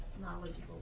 knowledgeable